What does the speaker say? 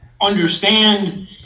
understand